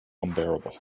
unbearable